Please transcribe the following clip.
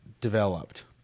developed